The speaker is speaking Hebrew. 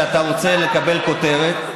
שאתה רוצה לקבל כותרת.